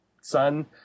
son